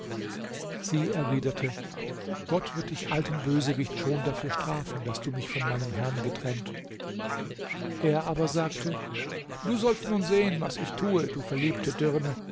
sie erwiderte gott wird dich alten bösewicht schon dafür strafen daß du mich von meinem herrn getrennt er aber sagte du sollst nun sehen was ich tue du verliebte dirne